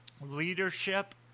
leadership